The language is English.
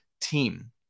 team